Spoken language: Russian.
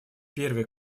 первый